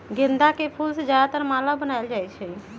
गेंदा के फूल से ज्यादातर माला बनाएल जाई छई